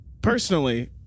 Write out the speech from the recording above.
Personally